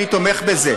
אני תומך בזה.